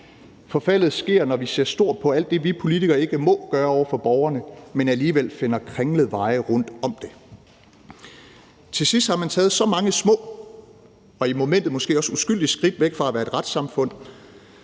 Forfaldet sker, når vi ser stort på alt det, vi politikere ikke må gøre over for borgerne, men alligevel finder kringlede veje rundt om til at gøre det. Til sidst har man taget så mange små og i momentet måske også uskyldige skridt væk fra at være et retssamfund